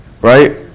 Right